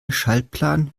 schaltplan